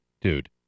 Dude